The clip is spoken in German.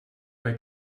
bei